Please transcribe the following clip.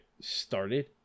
started